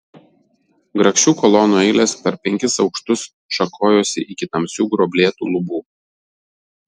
grakščių kolonų eilės per penkis aukštus šakojosi iki tamsių gruoblėtų lubų